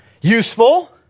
Useful